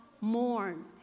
mourn